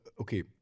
Okay